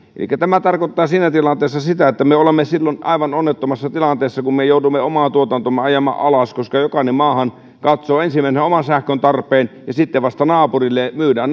eli tämä tarkoittaa siinä tilanteessa sitä että me olemme silloin aivan onnettomassa tilanteessa kun me joudumme omaa tuotantoamme ajamaan alas koska jokainen maahan katsoo ensimmäisenä oman sähkön tarpeen ja sitten vasta naapurille myydään